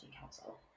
Council